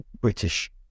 british